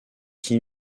qui